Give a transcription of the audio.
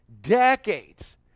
decades